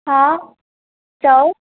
हा चओ